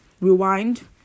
rewind